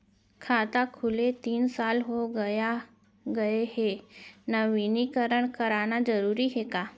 खाता खुले तीन साल हो गया गये हे नवीनीकरण कराना जरूरी हे का?